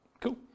Cool